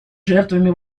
жертвами